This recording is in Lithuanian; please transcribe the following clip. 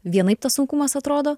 vienaip tas sunkumas atrodo